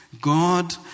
God